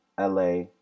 LA